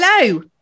Hello